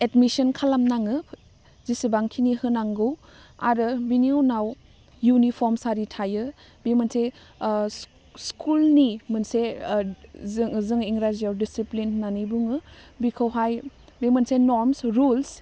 admission खालामनाङो जेसेबांखिनि होनांगौ आरो बिनि उनाव इउनिफर्मस आरि थायो बे मोनसे सि स्कुलनि मोनसे जों जों इंराजीयाव डिसिप्लिन होन्नानै बुङो बेखौहाय बे मोनसे नमस रुल्स